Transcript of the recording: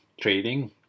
trading